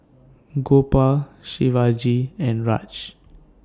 Gopal Shivaji and Raj